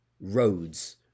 Roads